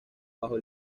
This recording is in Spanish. bajo